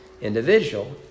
individual